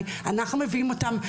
אנחנו מביאים את הציר המנטלי,